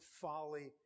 folly